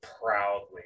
proudly